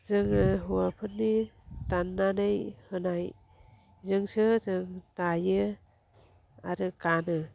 जोङो हौवाफोरनि दाननानै होनाय जोंसो जों दायो आरो गानो